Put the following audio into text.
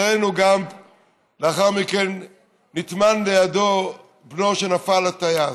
ולאחר מכן נטמן לידו בנו שנפל, לצערנו, הטייס.